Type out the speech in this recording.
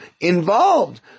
involved